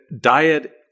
diet